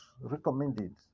recommended